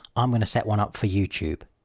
i'm going to set one up for youtube.